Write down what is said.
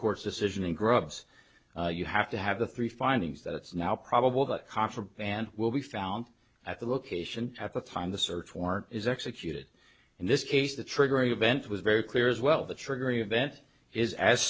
court's decision in grubb's you have to have the three findings that it's now probable that contraband will be found at the location at the time the search warrant is executed in this case the triggering event was very clear as well the triggering event is as